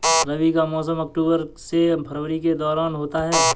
रबी का मौसम अक्टूबर से फरवरी के दौरान होता है